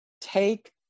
take